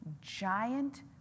giant